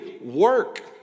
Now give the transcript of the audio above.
work